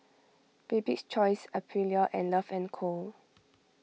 Bibik's Choice Aprilia and Love and Co